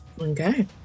Okay